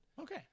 Okay